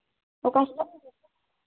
ᱚᱠᱟ ᱦᱤᱞᱳᱜ